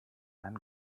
ein